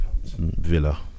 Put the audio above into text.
Villa